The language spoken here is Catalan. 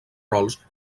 rols